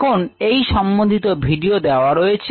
এখানে এই সম্বন্ধিত ভিডিও দেওয়া রয়েছে